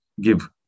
give